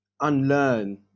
unlearn